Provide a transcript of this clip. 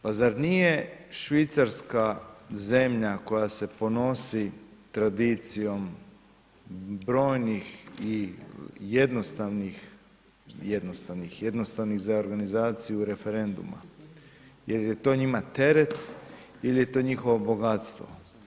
Pa zar nije Švicarska zemlja koja se ponosi tradicijom brojnih i jednostavnih, jednostavnih za organizaciju referenduma jer je to njima teret ili je to njihovo bogatstvo.